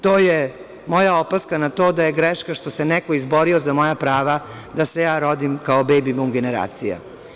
To je moja opaska na to da je greška što se neko izborio za moja prava da se ja rodim kao bejbi bum generacija.